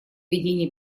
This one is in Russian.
ведения